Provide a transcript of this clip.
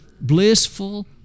blissful